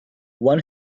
one